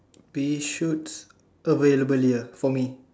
pea shoots available here for me